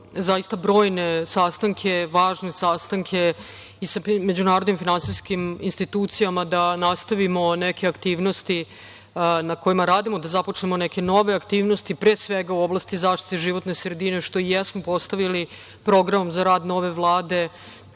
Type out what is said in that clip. sam brojne sastanke, važne sastanke sa međunarodnim finansijskim institucijama da nastavimo neke aktivnosti na kojima radimo, da započnemo neke nove aktivnosti, pre svega u oblasti zaštite životne sredine, što i jesmo postavili programom za rad nove Vlade,